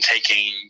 taking